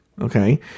okay